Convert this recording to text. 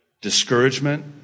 discouragement